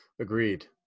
Agreed